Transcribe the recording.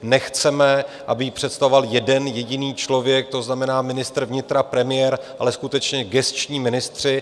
Nechceme, aby ji představoval jeden jediný člověk, to znamená ministr vnitra, premiér, ale skutečně gesční ministři.